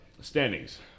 Standings